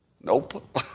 Nope